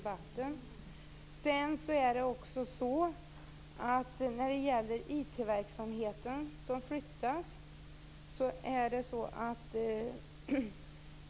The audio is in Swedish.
Jag kan ge Gullan Lindblad dokumentet efter debatten.